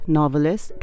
novelist